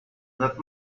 that